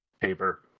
paper